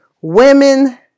women